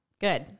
good